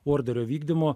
orderio vykdymo